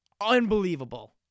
unbelievable